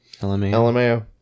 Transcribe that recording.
LMAO